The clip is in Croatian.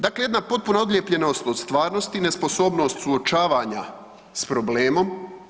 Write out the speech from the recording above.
Dakle, jedna potpuno odlijepljenost od stvarnosti i nesposobnost suočavanja s problemom.